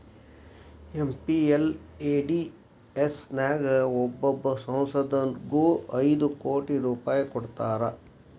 MPLADS ನ್ಯಾಗ ಒಬ್ಬೊಬ್ಬ ಸಂಸದಗು ಐದು ಕೋಟಿ ರೂಪಾಯ್ ಕೊಡ್ತಾರಾ